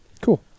Cool